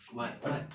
why why